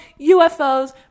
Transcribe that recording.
UFOs